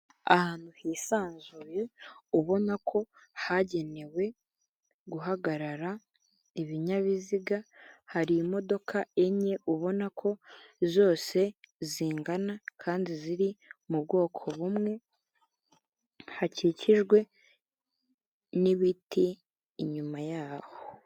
Ahantu hisanzuye ubona ko hagenewe guhagarara ibinyabiziga hari imodoka enye ubona ko zose zingana kandi ziri mu bwoko bumwe hakikijwe n'ibiti inyuma yaho.